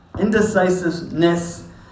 indecisiveness